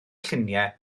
lluniau